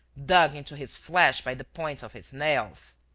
dug into his flesh by the points of his nails.